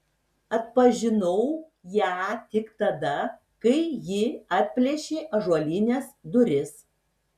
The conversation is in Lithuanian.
atpažinau ją tik tada kai ji atplėšė ąžuolines duris